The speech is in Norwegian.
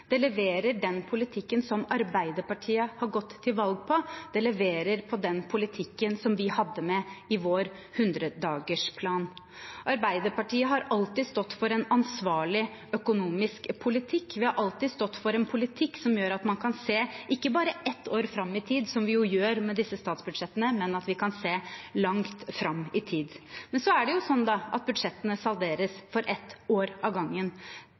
Det leverer den politikken som Arbeiderpartiet har gått til valg på. Det leverer på den politikken som vi hadde i vår 100-dagersplan. Arbeiderpartiet har alltid stått for en ansvarlig økonomisk politikk. Vi har alltid stått for en politikk som gjør at man kan se ikke bare ett år fram i tid, som vi jo gjør med disse statsbudsjettene, men at vi kan se langt fram i tid. Så er det jo sånn at budsjettene salderes for ett år av gangen.